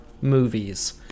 movies